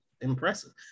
impressive